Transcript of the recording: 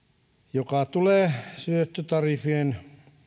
joka tulee syöttötariffien